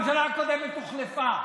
הממשלה הקודמת הוחלפה.